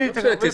לא משנה.